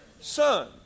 son